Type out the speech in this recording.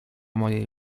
mojej